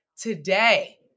today